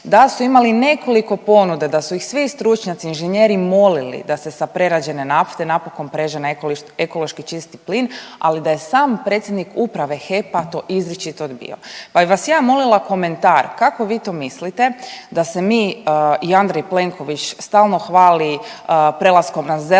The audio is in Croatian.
da su imali nekoliko ponuda da su ih svi stručnjaci, inženjeri molili da se sa prerađene nafte napokon pređe na ekološki čisti plin. Ali da je sam predsjednik Uprave HEP-a to izričito odbijao. Pa bih vas ja molila komentar kako vi to mislite da se mi i Andrej Plenković stalno hvali prelaskom na zelenu